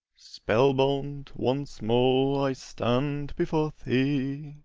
spellbound once more i stand before thee.